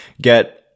get